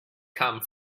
come